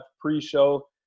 pre-show